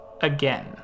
again